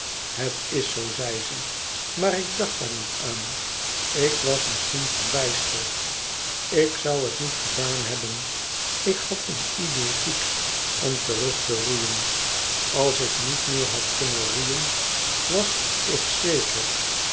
het is zoo zei ze maar ik dacht daar niet aan ik was misschien verbijsterd ik zoû het niet gedaan hebben ik had een idee fixe om terug te roeien als ik niet meer had kunnen roeien was ik zeker